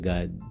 God